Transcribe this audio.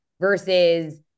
versus